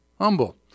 humble